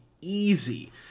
easy